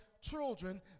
children